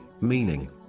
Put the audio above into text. meaning